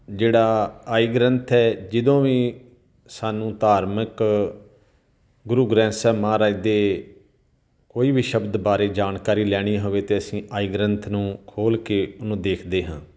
ਜਿਹੜਾ ਆਈਗ੍ਰੰਥ ਹੈ ਜਦੋਂ ਵੀ ਸਾਨੂੰ ਧਾਰਮਿਕ ਗੁਰੂ ਗ੍ਰੰਥ ਸਾਹਿਬ ਮਹਾਰਾਜ ਦੇ ਕੋਈ ਵੀ ਸ਼ਬਦ ਬਾਰੇ ਜਾਣਕਾਰੀ ਲੈਣੀ ਹੋਵੇ ਤਾਂ ਅਸੀਂ ਆਈਗ੍ਰੰਥ ਨੂੰ ਖੋਲ੍ਹ ਕੇ ਉਹਨੂੰ ਦੇਖਦੇ ਹਾਂ